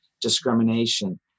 discrimination